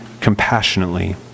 compassionately